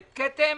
זה כתם